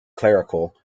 clerical